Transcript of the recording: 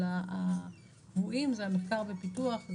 הקבועים זה מחקר ופיתוח,